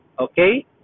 okay